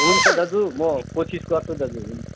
हुन्छ दाजु म कोसिस गर्छु दाजु